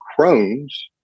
Crohn's